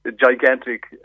gigantic